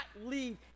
leave